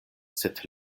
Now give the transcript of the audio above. sed